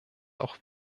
auch